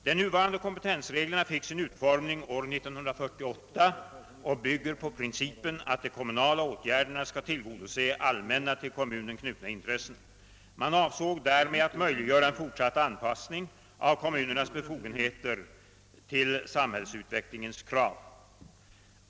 De nuvarande kompetensreglerna utformades 1948 och bygger på principen att de kommunala åtgärderna skall tillgodose allmänna, till kommunen knutna intressen. Man avsåg därmed att möjliggöra en fortsatt anpassning av kommunernas befogenheter till samhällsutvecklingens krav.